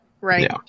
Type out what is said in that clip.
Right